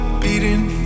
beating